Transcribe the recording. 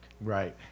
right